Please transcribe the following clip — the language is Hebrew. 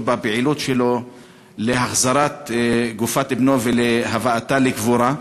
בפעילות שלו להחזרת גופת בנו ולהבאתה לקבורה.